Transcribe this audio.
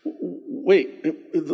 Wait